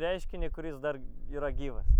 reiškinį kuris dar yra gyvas